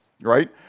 right